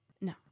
No